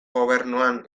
gobernuan